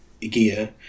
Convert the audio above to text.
gear